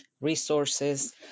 resources